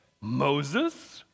Moses